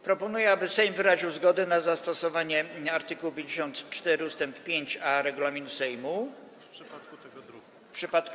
Proponuję, aby Sejm wyraził zgodę na zastosowanie art. 54 ust. 5a regulaminu Sejmu w przypadku tego druku.